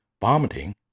Vomiting